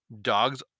Dogs